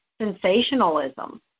sensationalism